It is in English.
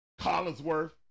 Collinsworth